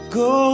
go